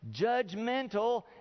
Judgmental